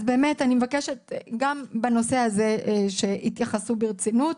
אני מבקשת גם בנושא הזה שיתייחסו ברצינות.